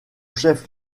chef